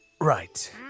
Right